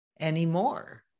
anymore